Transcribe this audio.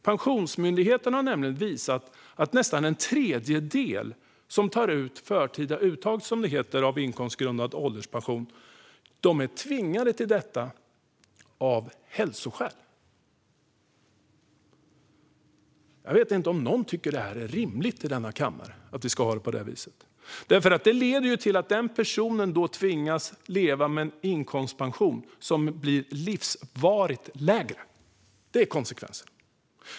Pensionsmyndigheten har visat att nästan en tredjedel av dem som gör förtida uttag, som det heter, av inkomstgrundad ålderspension är tvingade till detta av hälsoskäl. Jag vet inte om någon i denna kammare tycker att det är rimligt att vi har det på det viset. Det leder ju till att dessa personer tvingas att leva med en inkomstpension som blir livsvarigt lägre. Det är konsekvensen.